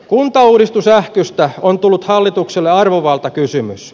kuntauudistusähkystä on tullut hallitukselle arvovaltakysymys